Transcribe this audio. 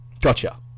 Gotcha